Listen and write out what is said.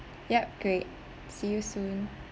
yup great see you soon